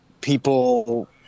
people